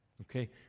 Okay